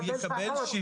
הוא יקבל פחות,